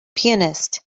pianist